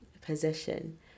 position